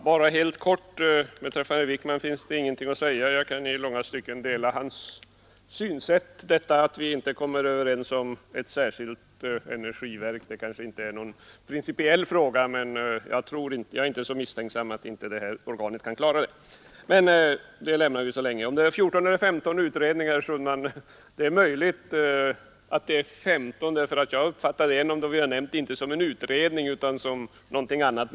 Herr talman! Beträffande herr Wijkman finns det ingenting att säga. Jag kan i långa stycken dela hans synsätt. Att vi inte kommer överens om ett särskilt energiverk kanske inte är någon principiell fråga, men jag är inte så misstänksam att jag inte tror att det här organet kan klara detta. Det lämnar vi så länge. När det gäller frågan om det är 14 eller 15 utredningar, herr Sundman, är det möjligt att det är 15. Jag uppfattade en av dem som vi har nämnt inte som en utredning utan som någonting annat.